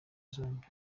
zombi